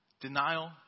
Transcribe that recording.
denial